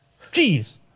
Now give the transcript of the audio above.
Jeez